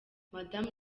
madamu